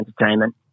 entertainment